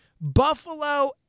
Buffalo